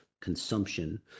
consumption